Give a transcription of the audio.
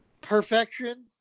Perfection